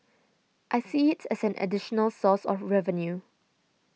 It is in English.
I see it as an additional source of revenue